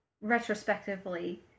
retrospectively